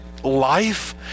Life